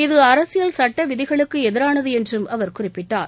இது அரசியல் சுட்ட விதிகளுக்கு எதிரானது என்றும் அவர் குறிப்பிட்டார்